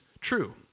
true